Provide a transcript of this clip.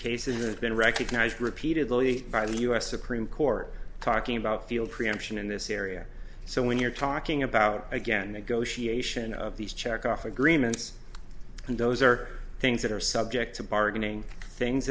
cases has been recognized repeatedly by the u s supreme court talking about field preemption in this area so when you're talking about again negotiation of these check off agreements and those are things that are subject to bargaining things